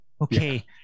Okay